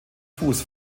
fuß